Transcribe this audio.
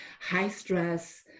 high-stress